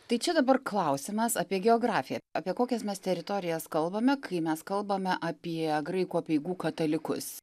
tai čia dabar klausimas apie geografiją apie kokias mes teritorijas kalbame kai mes kalbame apie graikų apeigų katalikus